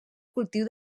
cultiu